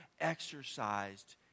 exercised